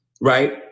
right